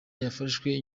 yafashwe